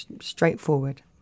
straightforward